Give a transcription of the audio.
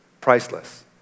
priceless